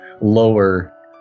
lower